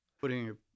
putting